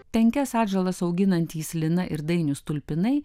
penkias atžalas auginantys lina ir dainius tulpinai